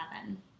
seven